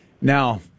Now